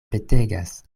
petegas